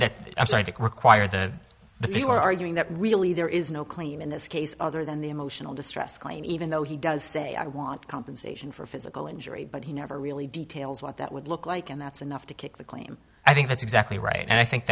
to require the the fish were arguing that really there is no claim in this case other than the emotional distress claim even though he does say i want compensation for physical injury but he never really details what that would look like and that's enough to keep the claim i think that's exactly right and i think